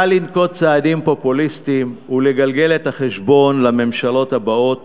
קל לנקוט צעדים פופוליסטיים ולגלגל את החשבון לממשלות הבאות